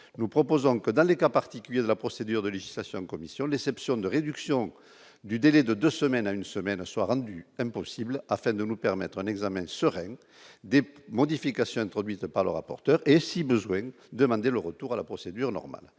nous proposons que dans les cas particuliers de la procédure de législation commission déception de réduction du délai de 2 semaines, à une semaine soit rendu impossibles afin de nous permettre un examen sereine dép modification introduite par le rapporteur et si besoin demander le retour à la procédure normale,